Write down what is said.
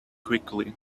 quickly